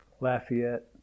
Lafayette